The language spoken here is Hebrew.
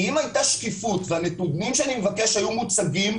אם הייתה שקיפות והנתונים שאני מבקש היו מוצגים,